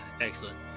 Excellent